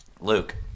Luke